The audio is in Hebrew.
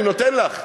אני נותן לך.